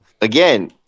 again